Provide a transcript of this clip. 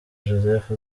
joseph